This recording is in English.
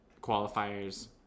qualifiers